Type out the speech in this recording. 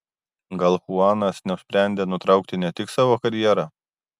gal chuanas nusprendė nutraukti ne tik savo karjerą